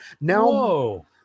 Now